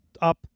up